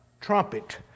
trumpet